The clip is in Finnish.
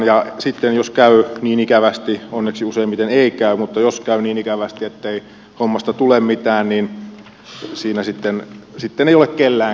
ja jos sitten käy niin ikävästi onneksi useimmiten ei käy ettei hommasta tule mitään niin siinä sitten ei ole kellään kivaa